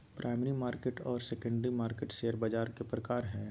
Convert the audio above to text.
primary market आर secondary market share बाज़ार के प्रकार हइ